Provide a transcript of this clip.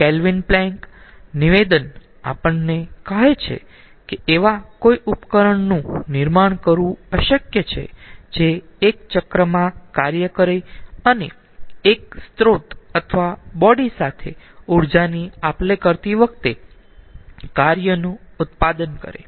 kelvin Planck નિવેદન આપણને કહે છે કે એવા કોઈ ઉપકરણનું નિર્માણ કરવું અશક્ય છે જે એક ચક્રમાં કાર્ય કરે અને એક સ્ત્રોત અથવા બોડી સાથે ઊર્જાની આપ લે કરતી વખતે કાર્યનું ઉત્પાદન કરે